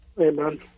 Amen